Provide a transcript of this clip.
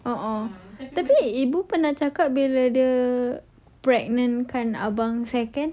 uh uh tapi ibu pernah cakap bila dia pregnant kan abang second